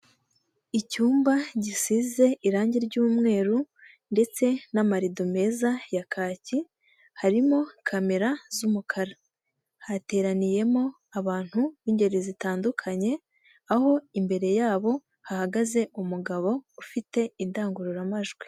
Icyumba gisize irangi ry'umweru ndetse n'amarido meza ya kaki harimo kamera z'umukara, hateraniyemo abantu b'ingeri zitandukanye, aho imbere yabo hahagaze umugabo ufite indangururamajwi.